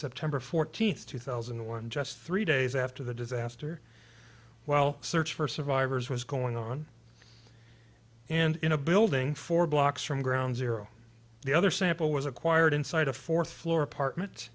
september fourteenth two thousand and one just three days after the disaster while search for survivors was going on and in a building four blocks from ground zero the other sample was acquired inside a fourth floor apartment